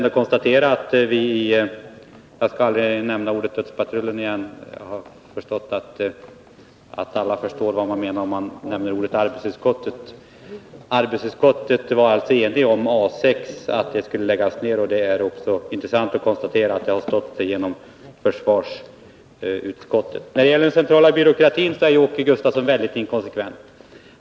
Sedan till frågan om A 6. Jag skall aldrig nämna ordet dödspatrullen igen — jag utgår ifrån att alla förstår vad som menas när man använder ordet arbetsutskott. Arbetsutskottet var alltså enigt om att A 6 skulle läggas ner. Det är också intressant att konstatera att förslaget stått sig genom försvarsutskottet. Vad sedan gäller den centrala byråkratin är Åke Gustavsson väldigt inkonsekvent.